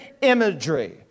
imagery